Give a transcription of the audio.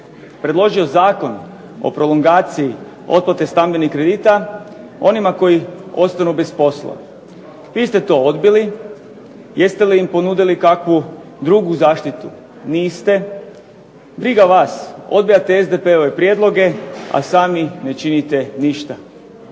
predložio Zakon o prolongaciji otplate stambenih kredita onima koji ostanu bez posla. Vi ste to odbili. Jeste li im ponudili kakvu drugu zaštitu? Niste. Briga vas, odbijate SDP-ove prijedloge a sami ne činite ništa.